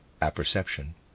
apperception